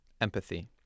empathy